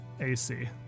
AC